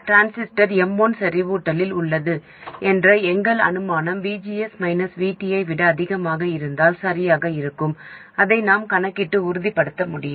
transistor M1 செறிவூட்டலில் உள்ளது என்ற எங்கள் அனுமானம் VGS VT ஐ விட அதிகமாக இருந்தால் சரியாக இருக்கும் அதை நாம் கணக்கிட்டு உறுதிப்படுத்த முடியும்